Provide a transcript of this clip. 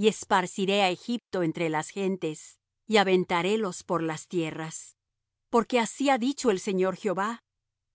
y esparciré á egipto entre las gentes y aventarélos por las tierras porque así ha dicho el señor jehová